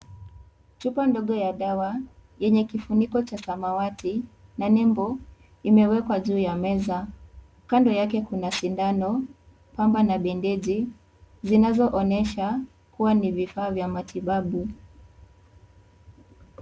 Chupa ndogo ya dawa, yenye kifuniko cha samawati na nembo, imewekwa juu ya meza. Kando yake kuna sindano, pamba na bendeji zinazoonyesha kuwa ni vifaa vya matibabu.